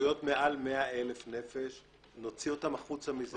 שרשויות מעל 100 אלף נפש, נוציא אותם החוצה מזה.